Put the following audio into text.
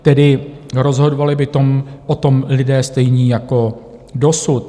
Tedy rozhodovali by tom o tom lidé stejní jako dosud.